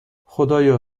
خدایا